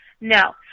No